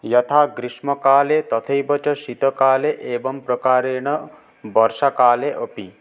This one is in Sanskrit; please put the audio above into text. यथा ग्रीष्मकाले तथैव च शीतकाले एवं प्रकारेण वर्षाकाले अपि